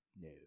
no